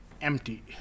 empty